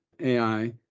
AI